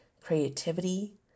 creativity